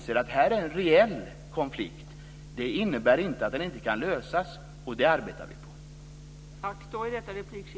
Här är en reell konflikt. Det innebär inte att den inte kan lösas. Vi arbetar med en lösning.